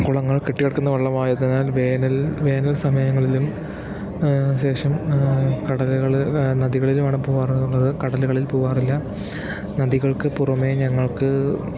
കുളങ്ങൾ കെട്ടികിടക്കുന്ന വെള്ളമായതിനാൽ വേനൽ വേനൽ സമയങ്ങളിലും ശേഷം കടല്കൾ നദികളിലും ആണ് പോവാറ് അതുകൊണ്ടത് കടലുകളിൽ പോവാറില്ല നദികൾക്കു പുറമെ ഞങ്ങൾക്ക്